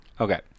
Okay